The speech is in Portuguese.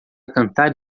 cantar